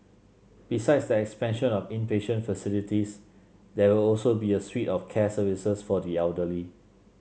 besides the expansion of inpatient facilities there will also be a suite of care services for the elderly